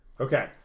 Okay